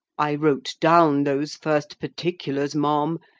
i wrote down those first particulars, ma'am,